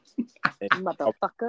Motherfucker